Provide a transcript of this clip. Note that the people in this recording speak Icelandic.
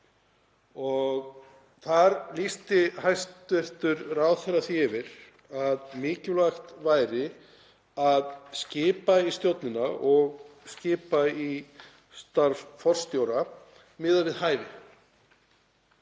og þar lýsti hæstv. ráðherra því yfir að mikilvægt væri að skipa í stjórn og skipa í starf forstjóra miðað við hæfi.